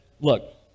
look